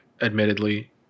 Admittedly